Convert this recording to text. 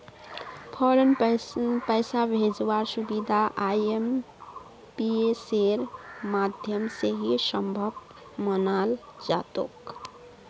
फौरन पैसा भेजवार सुबिधा आईएमपीएसेर माध्यम से ही सम्भब मनाल जातोक